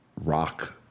rock